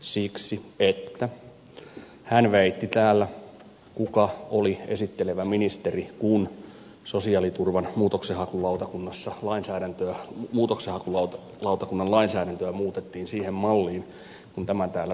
siksi että hän väitti täällä kuka oli esittelevä ministeri kun sosiaaliturvan muutoksenhakulautakunnassa muutoksenhakulainsäädäntöä muutettiin siihen malliin kuin tämä täällä tapahtui